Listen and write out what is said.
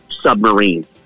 submarine